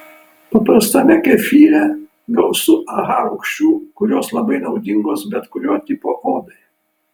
paprastame kefyre gausu aha rūgščių kurios labai naudingos bet kurio tipo odai